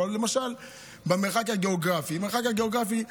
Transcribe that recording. אבל למשל במרחק הגיאוגרפי,